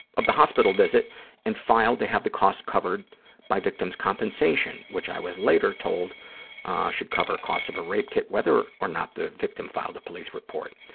of the hospital visit and filed to have the costs covered by victims' compensation, which i was later told should cover costs of a rape kit whether or not the victim filed a police report.